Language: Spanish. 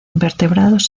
invertebrados